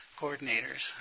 coordinators